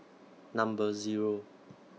Number Zero